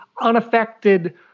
unaffected